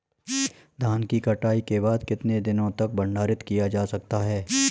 धान की कटाई के बाद कितने दिनों तक भंडारित किया जा सकता है?